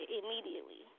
immediately